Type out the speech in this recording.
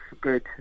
good